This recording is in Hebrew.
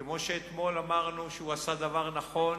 כמו שאתמול אמרנו שהוא עשה דבר נכון,